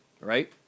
right